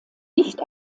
nicht